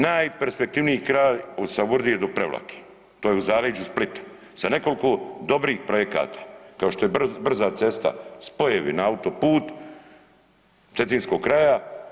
Najperspektivniji kraj od Savudrije do Prevlake to je u zaleđu Splita da nekoliko dobrih projekata kao što je brza cesta, spojevi na autoput cetinskog kraja.